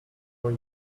more